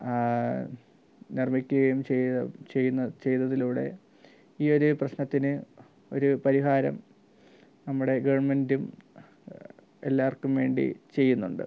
നിർമ്മിക്കുകയും ചെയ്തതിലൂടെ ഈയൊരു പ്രശ്നത്തിന് ഒരു പരിഹാരം നമ്മുടെ ഗവൺമെൻറ്റും എല്ലാവർക്കും വേണ്ടി ചെയ്യുന്നുണ്ട്